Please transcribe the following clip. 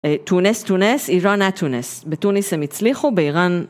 תונס, תונס, איראנה, תונס, בתוניס הם הצליחו, באיראן.